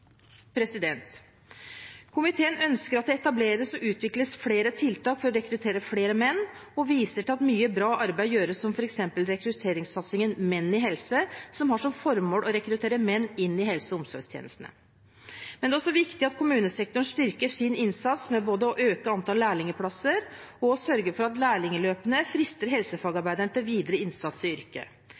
Komiteen ønsker at det etableres og utvikles flere tiltak for å rekruttere flere menn, og viser til at mye bra arbeid gjøres, som f.eks. rekrutteringssatsingen Menn i helse, som har som formål å rekruttere menn inn i helse- og omsorgstjenestene. Men det er også viktig at kommunesektoren styrker sin innsats med både å øke antall lærlingplasser og å sørge for at lærlingløpene frister helsefagarbeideren til videre innsats i yrket.